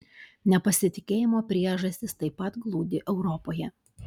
nepasitikėjimo priežastys taip pat glūdi europoje